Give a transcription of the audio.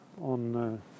on